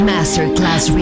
Masterclass